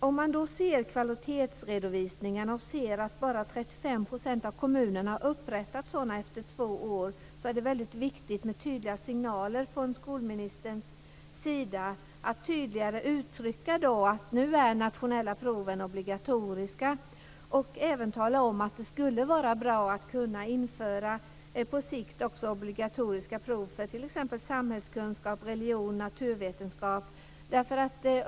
Om man ser att bara 35 % av kommunerna har upprättat kvalitetsredovisningar efter två år är det väldigt viktigt med tydliga signaler från skolministerns sida. Det är viktigt att tydligare uttrycka att de nationella proven nu är obligatoriska och även tala om att det på sikt skulle vara bra att kunna införa också obligatoriska prov i t.ex. samhällskunskap, religion och naturvetenskap.